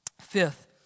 Fifth